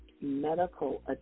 medical